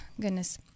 goodness